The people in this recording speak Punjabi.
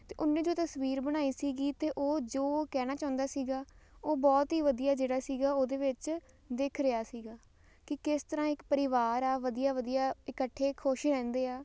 ਅਤੇ ਉਹ ਨੇ ਜੋ ਤਸਵੀਰ ਬਣਾਈ ਸੀਗੀ ਅਤੇ ਉਹ ਜੋ ਉਹ ਕਹਿਣਾ ਚਾਹੁੰਦਾ ਸੀਗਾ ਉਹ ਬਹੁਤ ਹੀ ਵਧੀਆ ਜਿਹੜਾ ਸੀਗਾ ਉਹਦੇ ਵਿੱਚ ਦਿਖ ਰਿਹਾ ਸੀਗਾ ਕਿ ਕਿਸ ਤਰ੍ਹਾਂ ਇੱਕ ਪਰਿਵਾਰ ਆ ਵਧੀਆ ਵਧੀਆ ਇਕੱਠੇ ਖੁਸ਼ ਰਹਿੰਦੇ ਆ